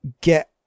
get